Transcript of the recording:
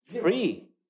Free